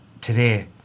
today